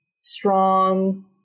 strong